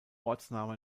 ortsname